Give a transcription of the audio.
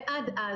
ועד אז,